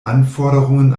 anforderungen